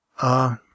Uh